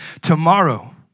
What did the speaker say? tomorrow